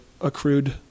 accrued